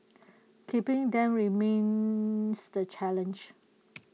keeping them remains the challenge